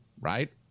right